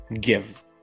give